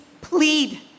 plead